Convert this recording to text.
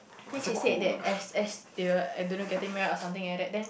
then she said that as as they will I don't know getting married or something like that then